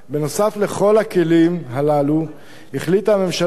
נוסף על כל הכלים הללו החליטה הממשלה על